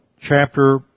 chapter